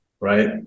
right